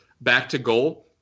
back-to-goal